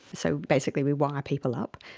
so basically we wire people up.